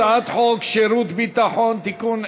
הצעת חוק שירות ביטחון (תיקון,